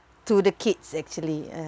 to the kids actually ah